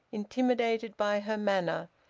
intimidated by her manner,